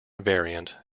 variant